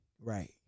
Right